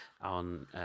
on